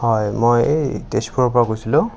হয় মই এই তেজপুৰৰ পৰা কৈছিলোঁ